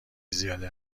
زیاده